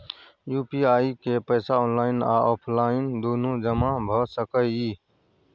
UPI के पैसा online आ ऑफलाइन दुनू जमा भ सकै इ?